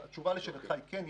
אז התשובה לשאלתך היא כן,